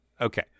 Okay